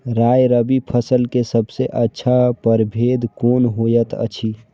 राय रबि फसल के सबसे अच्छा परभेद कोन होयत अछि?